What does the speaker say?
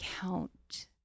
count